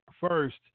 first